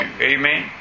Amen